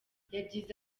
yagize